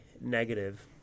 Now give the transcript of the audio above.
negative